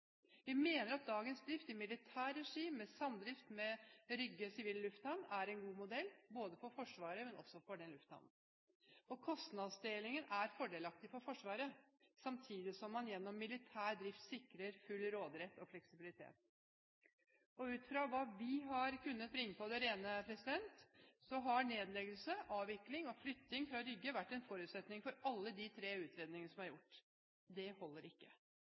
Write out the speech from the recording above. Vi mener at dagens drift i militær regi, i samdrift med Rygge Sivile Lufthavn, er en god modell, både for Forsvaret og for lufthavnen. Kostnadsdelingen er fordelaktiv for Forsvaret, samtidig som man gjennom militær drift sikrer full råderett og fleksibilitet. Ut fra hva vi har kunnet bringe på det rene, har nedleggelse, avvikling og flytting fra Rygge vært en forutsetning for alle de tre utredningene som er gjort. Det holder ikke.